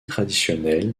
traditionnel